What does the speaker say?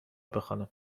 بخوانم